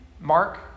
Mark